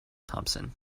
thompson